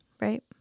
Right